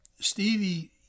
Stevie